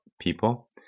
people